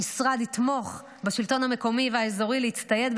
המשרד יתמוך בשלטון המקומי והאזורי בהצטיידות